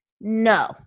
no